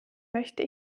möchte